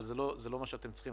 אבל זה לא מה שאתם צריכים,